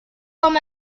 com